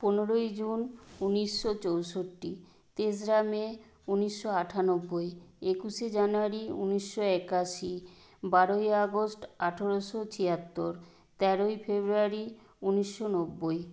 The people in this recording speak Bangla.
পনোরোই জুন ঊনিশশো চৌষট্টি তেসরা মে ঊনিশশো আটানব্বই একুশে জানুয়ারি ঊনিশশো একাশি বারোই আগস্ট আঠেরোশো ছিয়াত্তর তেরোই ফেব্রুয়ারি ঊনিশশো নব্বই